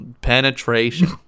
penetration